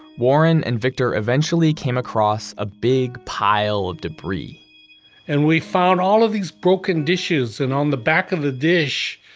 warren and victor eventually came across a big pile of debris and we found all of these broken dishes and on the back of the dish,